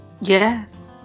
Yes